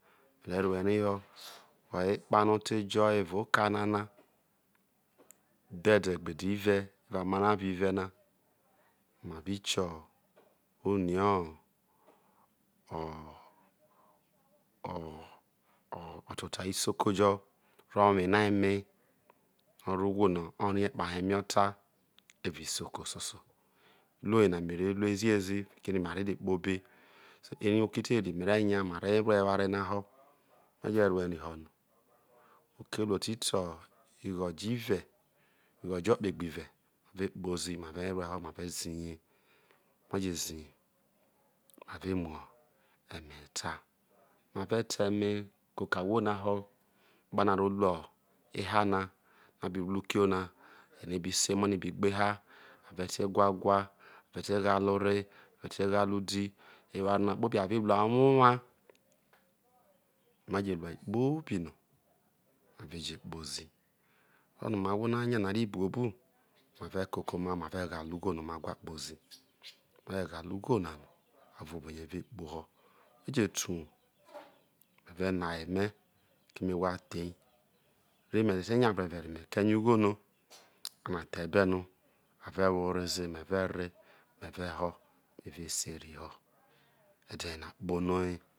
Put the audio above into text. Ive a hon ho no ete je evao eka nana udhedegbe ededve evao amara ava ive na ma bikie eni ooh o oh oh oto to isoko po owina eme no arro ohwo no orie kpuhe eme eba evao isoko soso iruo yena mere rue ziezi keme ma reje kpoho obee so oke terieino mare nyama e ruere eware na ho maje ruerai ho no eke oruo te igho jo iue ighojo kpegbue ma ve kpozi ma ue meho mave zihama je zihe mave mu ame bo eta mave ta emekoko ahwo na ho epano a rero ro ehaa na ma birrukro namare bise emo no ibi gbe ehaa a vete whae owhu te ghale are je te ghale udi eware nor kpobi a bi mai owowa ma je ruar kpobi no ma veje kpozi oro no mai ahwo noma nya rro buobu ma ve koko oma ma veghale ugho no ma gwa kpozi ovuo obo rie ve kpoho meje re uwou me us no aye me keme wha the reme te te nyaure vere mete ne ughono ano athei ebe no ave wo ore no ze meve meve hoo meve seriho ede yena kponoye